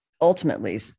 ultimately